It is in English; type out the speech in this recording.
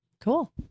Cool